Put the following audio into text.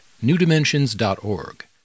newdimensions.org